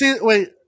Wait